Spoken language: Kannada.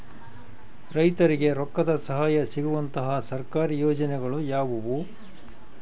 ರೈತರಿಗೆ ರೊಕ್ಕದ ಸಹಾಯ ಸಿಗುವಂತಹ ಸರ್ಕಾರಿ ಯೋಜನೆಗಳು ಯಾವುವು?